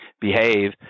behave